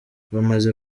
bamaze